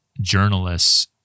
journalists